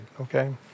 okay